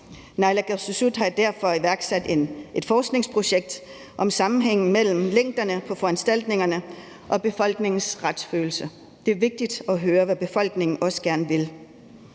Naalakkersuisut har derfor iværksat et forskningsprojekt om sammenhængen mellem længderne på foranstaltningerne og befolkningens retsfølelse, og det er også vigtigt at høre, hvad befolkningen gerne vil.